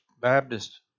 Baptist